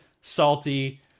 salty